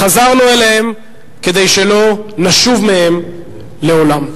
חזרנו אליהם כדי שלא נשוב מהם לעולם.